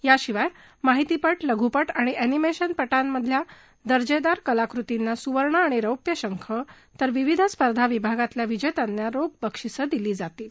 त्याशिवाय माहितीपट लघुपट आणि अनिमेशनपटांमधल्या दर्जेदार कलाकृतींना सुवर्ण आणि रौप्य शंख तर विविध स्पर्धा विभागांमधल्या विजेत्यांना रोख बक्षिसं दिली जातील